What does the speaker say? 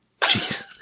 Jeez